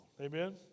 Amen